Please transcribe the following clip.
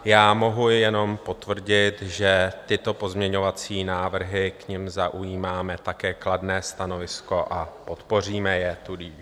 Já mohu jenom potvrdit, že k těmto pozměňovacím návrhům zaujímáme také kladné stanovisko, a podpoříme je tudíž.